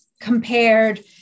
compared